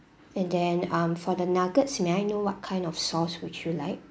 and then um for the nuggets may I know what kind of sauce would you like